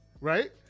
right